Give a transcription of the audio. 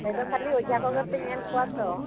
ᱟᱯᱮ ᱫᱚ ᱠᱷᱟᱹᱞᱤ ᱚᱡᱷᱟ ᱠᱚᱜᱮ ᱯᱮ ᱧᱮᱞ ᱠᱚᱣᱟᱛᱚ